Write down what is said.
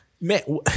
man